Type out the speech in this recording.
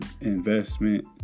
investment